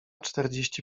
czterdzieści